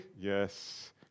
yes